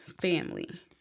family